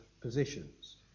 positions